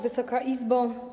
Wysoka Izbo!